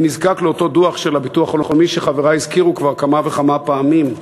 אני נזקק לאותו דוח של הביטוח הלאומי שחברי הזכירו כבר כמה וכמה פעמים.